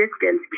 Distance